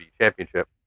championship